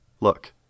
Look